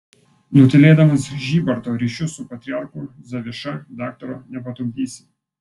nutylėdamas žybarto ryšius su patriarchu zaviša daktaro nepatupdysi